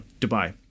Dubai